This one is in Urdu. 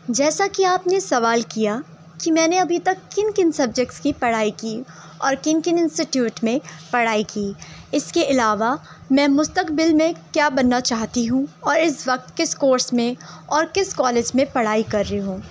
جیسا کہ آپ نے سوال کیا کہ میں نے ابھی تک کن کن سبجیکٹس کی پڑھائی کی اور کن کن انسٹیٹیوٹ میں پڑھائی کی اس کے علاوہ میں مستقبل میں کیا بننا چاہتی ہوں اور اس وقت کس کورس میں اور کس کالج میں پڑھائی کر رہی ہوں